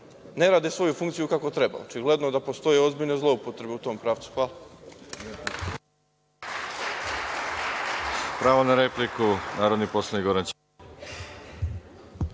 ne rade svoju funkciju kako treba. Očigledno da postoje ozbiljne zloupotrebe u tom pravcu. Hvala.